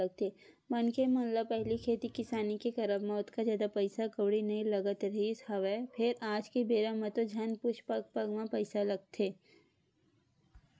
मनखे मन ल पहिली खेती किसानी के करब म ओतका जादा पइसा कउड़ी नइ लगत रिहिस हवय फेर आज के बेरा म तो झन पुछ पग पग म पइसा लगथे